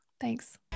Thanks